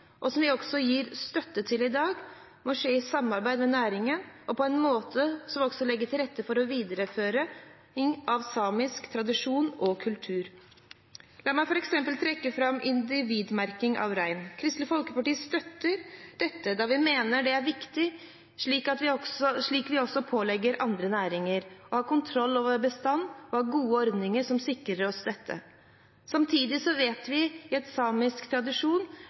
og som vi også gir støtte til i dag, må skje i samarbeid med næringen og på en måte som også legger til rette for videreføring av samisk tradisjon og kultur. La meg f.eks. trekke fram individmerking av rein. Kristelig Folkeparti støtter dette, da vi mener det er viktig, slik vi også pålegger andre næringer å ha kontroll over bestanden og ha gode ordninger som sikrer oss dette. Samtidig vet vi at det i samisk tradisjon